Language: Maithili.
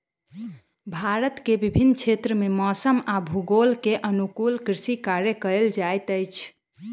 भारत के विभिन्न क्षेत्र में मौसम आ भूगोल के अनुकूल कृषि कार्य कयल जाइत अछि